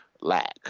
lack